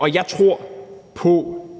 og jeg tror på,